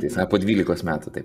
tiesa po dvylikos metų taip